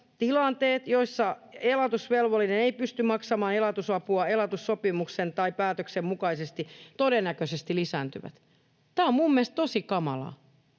tilanteet, joissa elatusvelvollinen ei pysty maksamaan elatusapua elatussopimuksen tai ‑päätöksen mukaisesti, todennäköisesti lisääntyvät. Tämä on minun mielestäni tosi kamalaa,